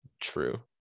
True